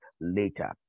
later